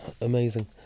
Amazing